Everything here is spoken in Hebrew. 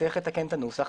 צריך לתקן את הנוסח,